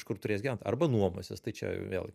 kažkur turės gyvent arba nuomosis tai čia vėl